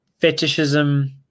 Fetishism